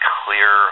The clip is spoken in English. clear